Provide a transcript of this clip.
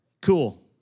Cool